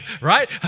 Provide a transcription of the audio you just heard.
Right